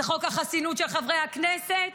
זה חוק החסינות של חברי הכנסת,